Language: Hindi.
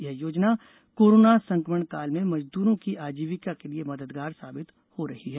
यह योजना कोरोना संकमण काल में मजदूरों की आजीविका के लिए मददगार साबित हो रही है